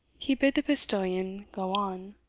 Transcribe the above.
he bid the postilion go on.